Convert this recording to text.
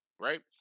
right